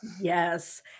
Yes